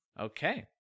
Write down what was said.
Okay